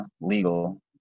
legal